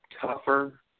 tougher